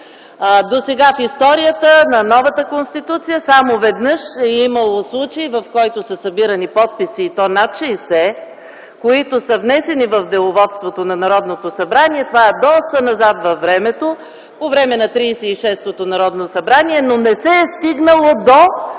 Досега в историята на новата Конституция само веднъж е имало случай, в който са събирани подписи, и то над 60, които са внесени в Деловодството на Народното събрание, това е доста назад във времето, по време на Тридесет и шестото Народно събрание, но не се е стигнало до